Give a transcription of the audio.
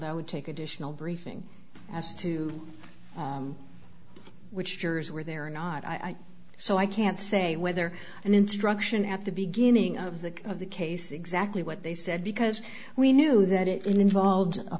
that i would take additional briefing as to which jurors were there or not i so i can't say whether an instruction at the beginning of the of the case exactly what they said because we knew that it involved a